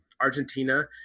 Argentina